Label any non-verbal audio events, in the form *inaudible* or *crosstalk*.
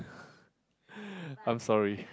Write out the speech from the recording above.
*breath* I'm sorry